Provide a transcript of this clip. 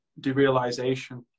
derealization